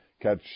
catch